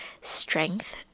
strength